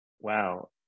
Wow